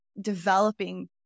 developing